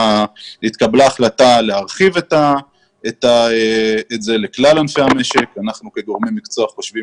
התקבלה החלטה להרחיב את זה לכלל ענפי המשק ואנחנו כגורמי מקצוע חושבים